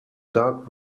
dark